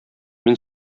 мин